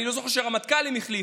אני לא זוכר שהרמטכ"לים החליפו.